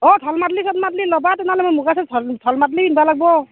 অঁ ঢোল মাদলি চোল মাদলি ল'বা মই তেনেহলে মুগা ছেট ঢোল মাদলি পিন্ধিব লাগিব